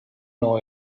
know